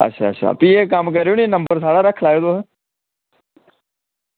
भी इक्क कम्म करेओ नी नंबर साढ़ा रक्खी लैयो तुस